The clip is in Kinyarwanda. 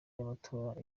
y’amatora